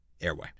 airway